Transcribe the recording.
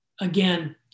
Again